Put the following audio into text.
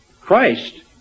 Christ